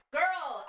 girl